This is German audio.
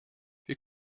wir